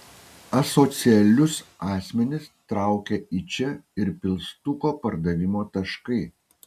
asocialius asmenis traukia į čia ir pilstuko pardavimo taškai